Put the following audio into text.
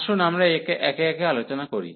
আসুন আমরা একে একে আলোচনা করি